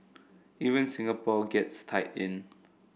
even Singapore gets tied in